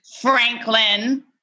Franklin